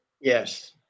Yes